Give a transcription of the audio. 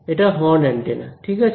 এটা horn antenna ঠিক আছে